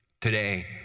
today